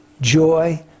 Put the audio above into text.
joy